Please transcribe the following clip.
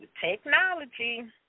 technology